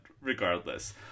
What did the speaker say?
regardless